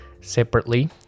separately